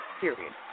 Period